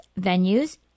venues